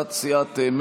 הצעת סיעת מרצ.